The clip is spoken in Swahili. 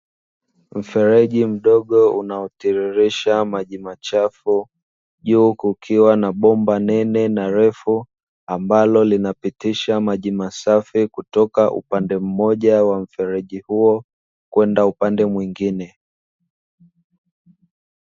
Mfereji mdogo unaotiririsha maji machafu, juu kukiwa na bomba nene na refu, ambalo linapitisha maji masafi kutoka upande mmoja wa mfereji huo kwenda upande mwingine.